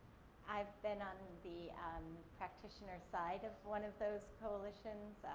i've been on the practitioner side of one of those coalitions,